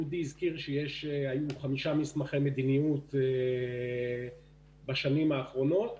אודי הזכיר שהיו חמישה מסמכי מדיניות בשנים האחרונות,